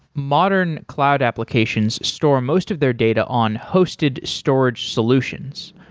modern cloud applications store most of their data on hosted storage solutions.